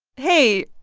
hey,